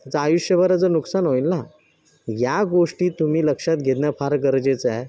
त्याचं आयुष्यभराचं नुकसान होईल ना या गोष्टी तुम्ही लक्षात घेणं फार गरजेचं आहे